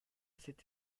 cette